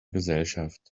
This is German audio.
gesellschaft